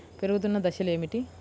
పెరుగుతున్న దశలు ఏమిటి?